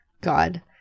God